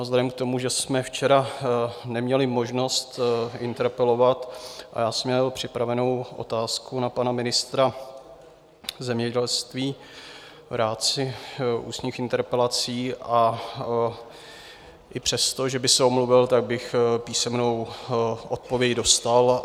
Vzhledem k tomu, že jsme včera neměli možnost interpelovat a já jsem měl připravenou otázku na pana ministra zemědělství v rámci ústních interpelací, a i přestože by se omluvil, tak bych písemnou odpověď dostal.